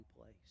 place